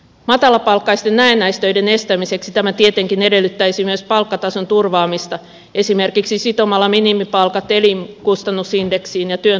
matalapalkkaisten näennäistöiden estämiseksi tämä tietenkin edellyttäisi myös palkkatason turvaamista esimerkiksi sitomalla minimipalkat elinkustannusindeksiin ja työn tuottavuuden kasvuun